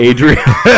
Adrian